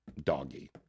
Doggy